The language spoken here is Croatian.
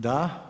Da.